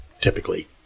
typically